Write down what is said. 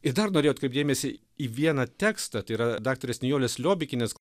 ir dar norėjau atkreipt dėmesį į vieną tekstą tai yra daktarės nijolės liobikienės